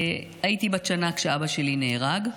הייתי בת שנה כשאבא שלי נהרג,